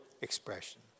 expression